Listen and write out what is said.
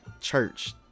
church